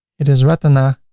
it is retina.